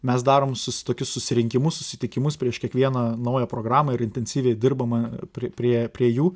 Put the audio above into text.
mes darom sus tokius susirinkimus susitikimus prieš kiekvieną naują programą ir intensyviai dirbama prie prie prie jų